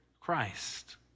Christ